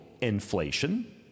inflation